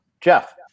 Jeff